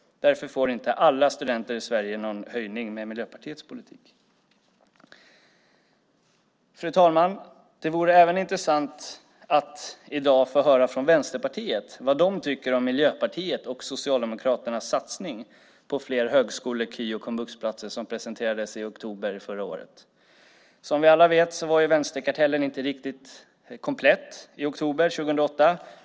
Därför får inte alla studenter en höjning med Miljöpartiets politik. Fru talman! Det vore även intressant att i dag få höra från Vänsterpartiet vad man tycker om Miljöpartiets och Socialdemokraternas satsning på fler högskole-, KY och komvuxplatser som presenterades i oktober förra året. Som vi alla vet var vänsterkartellen inte riktigt komplett i oktober 2008.